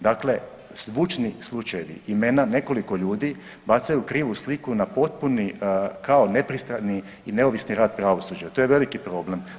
Dakle, zvučni slučajevi, imena nekoliko ljudi bacaju krivu sliku na potpuni kao nepristrani i neovisni rad pravosuđa, to je veliki problem.